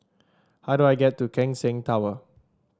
how do I get to Keck Seng Tower